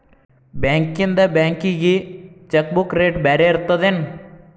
ಬಾಂಕ್ಯಿಂದ ಬ್ಯಾಂಕಿಗಿ cheque book rate ಬ್ಯಾರೆ ಇರ್ತದೇನ್